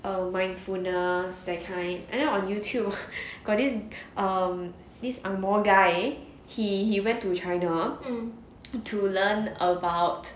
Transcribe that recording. a mindfulness that kind and then on youtube got this um this ang moh guy he he went to china to learn about